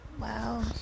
Wow